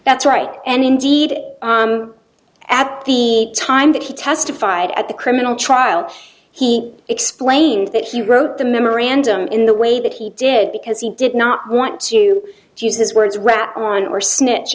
that's right and indeed at the time that he testified at the criminal trial he explained that he wrote the memorandum in the way that he did because he did not want to use his words rat on or snitch